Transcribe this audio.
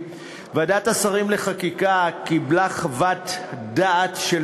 ועדת השרים לחקיקה קיבלה חוות דעת של